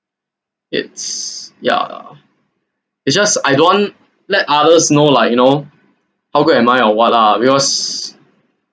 it's yeah it's just I don't want let others know like you know how good am I or what lah because